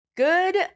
good